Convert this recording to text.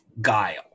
guile